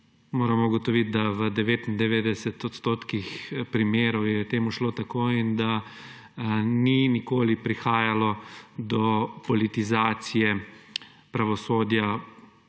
moramo ugotoviti, da v 99 odstotkih primerov je temu šlo tako in da ni nikoli prihajalo do politizacije pravosodja